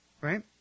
right